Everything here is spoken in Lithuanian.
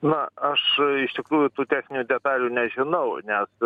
na aš iš tikrųjų tų techninių detalių nežinau net